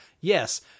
yes